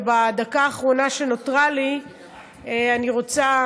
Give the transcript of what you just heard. בדקה האחרונה שנותרה לי אני רוצה